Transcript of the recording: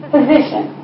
Position